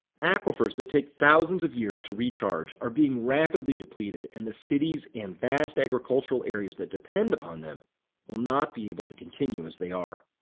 aquifers that take thousands of years to recharge are being rapidly depleted and the cities and vast agricultural areas that depend upon them will not be able to continue as they are.